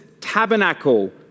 tabernacle